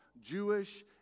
Jewish